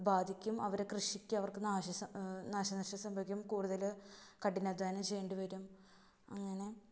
ബാധിക്കും അവര് കൃഷിക്ക് അവര്ക്ക് നാശനഷ്ടം സംഭവിക്കും കൂടുതല് കഠിനാദ്ധ്വാനം ചെയ്യേണ്ടി വരും അങ്ങനെ